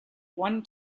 one